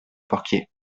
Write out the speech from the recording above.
porquier